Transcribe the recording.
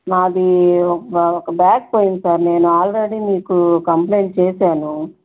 నాదీ ఒక ఒక బ్యాగ్ పోయింది సార్ నేను ఆల్రెడీ మీకు కంప్లెయింట్ చేశాను